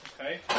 Okay